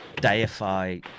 deify